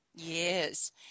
Yes